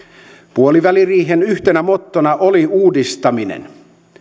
puoliväliriihen yhtenä mottona oli uudistaminen